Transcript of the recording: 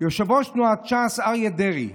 "יושב-ראש תנועת ש"ס אריה דרעי,